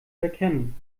erkennen